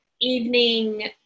evening